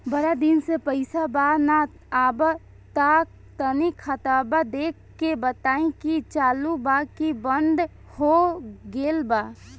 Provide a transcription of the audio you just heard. बारा दिन से पैसा बा न आबा ता तनी ख्ताबा देख के बताई की चालु बा की बंद हों गेल बा?